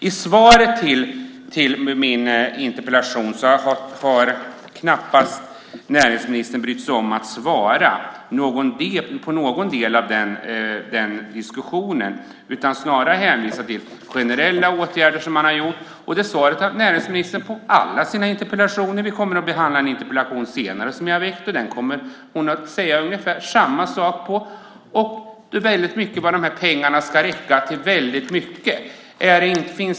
I svaret på min interpellation har näringsministern knappt brytt sig om att ta upp någon del av den diskussionen. Hon hänvisar snarare till generella åtgärder som man har vidtagit. Så svarar näringsministern på alla sina interpellationer. Vi kommer att behandla en interpellation senare som jag har ställt, och där kommer hon att säga ungefär samma sak. Det handlar i hög grad om att de här pengarna ska räcka till väldigt mycket.